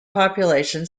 population